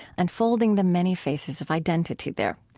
unfolding the many faces of identity there.